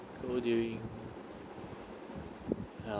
go during ah